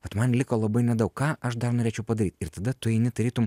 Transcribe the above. vat man liko labai nedaug ką aš dar norėčiau padaryt ir tada tu eini tarytum